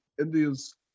India's